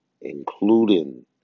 including